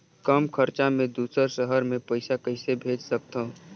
कम खरचा मे दुसर शहर मे पईसा कइसे भेज सकथव?